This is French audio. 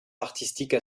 artistique